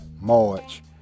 March